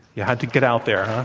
you had to get out there, huh?